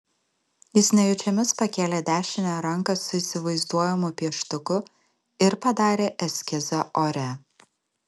jis nejučiomis pakėlė dešinę ranką su įsivaizduojamu pieštuku ir padarė eskizą ore